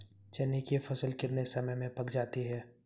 चने की फसल कितने समय में पक जाती है?